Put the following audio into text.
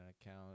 account